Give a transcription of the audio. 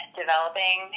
developing